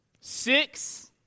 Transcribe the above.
Six